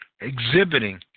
exhibiting